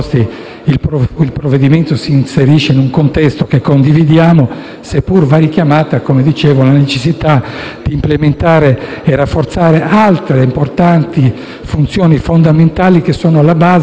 il provvedimento si inserisce in un contesto che condividiamo, seppure va richiamata, come dicevo, la necessità di implementare e di rafforzare altre importanti funzioni fondamentali, che sono alla base